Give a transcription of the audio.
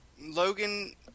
Logan